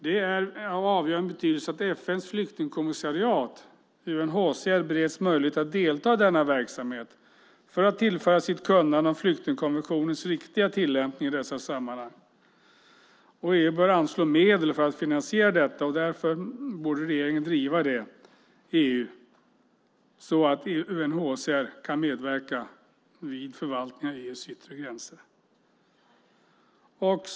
Det är av avgörande betydelse att FN:s flyktingkommissariat UNHCR bereds möjlighet att delta i denna verksamhet för att tillföra sitt kunnande om flyktingkonventionens riktiga tillämpning i dessa sammanhang. EU bör anslå medel för att finansiera detta. Regeringen borde driva det i EU så att UNHCR kan medverka vid förvaltningen av EU:s yttre gränser.